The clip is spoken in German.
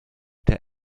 der